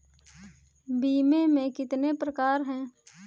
बीमे के कितने प्रकार हैं?